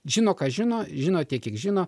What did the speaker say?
žino ką žino žino tiek kiek žino